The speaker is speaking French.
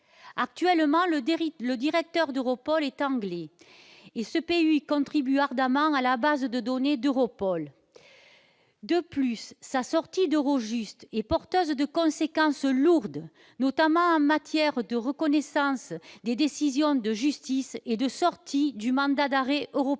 actuellement le le directeur d'Europol est anglais ce pays 8 contribue ardemment à la base de données d'Europol de plus sa sortie d'Eurojust et porteuse de conséquences lourdes, notamment en matière de reconnaissance des décisions de justice et de sortie du mandat d'arrêt européennes